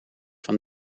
van